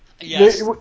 Yes